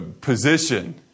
position